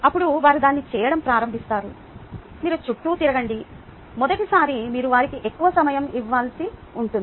అప్పుడు వారు దీన్ని చేయడం ప్రారంభిస్తారు మీరు చుట్టూ తిరగండి మొదటిసారి మీరు వారికి ఎక్కువ సమయం ఇవ్వవలసి ఉంటుంది